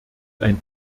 ein